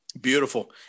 Beautiful